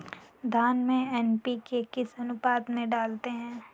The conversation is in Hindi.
धान में एन.पी.के किस अनुपात में डालते हैं?